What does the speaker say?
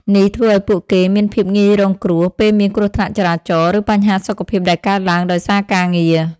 នេះធ្វើឱ្យពួកគេមានភាពងាយរងគ្រោះពេលមានគ្រោះថ្នាក់ចរាចរណ៍ ឬបញ្ហាសុខភាពដែលកើតឡើងដោយសារការងារ។